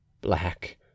black